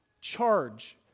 charge